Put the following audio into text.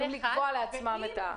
והם יכולים לקבוע לעצמם את העמלה.